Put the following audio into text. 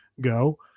go